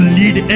lead